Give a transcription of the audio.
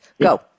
go